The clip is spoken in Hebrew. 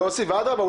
אדרבא,